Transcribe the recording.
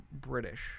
British